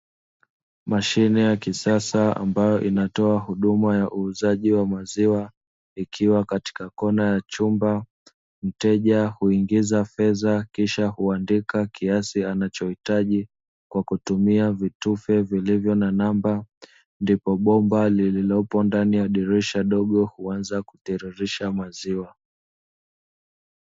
Mashine ya kisasa ambayo inatoa huduma ya uuzaji wa maziwa ikiwa katika kona ya chumba, mteja huingiza fedha kisha huandika kiasi anachohitaji kwa kutumia vitufe vilivyo na namba, ndipo bomba lililopo ndani ya dirisha dogo huanza kutiririsha maziwa.